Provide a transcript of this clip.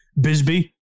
Bisbee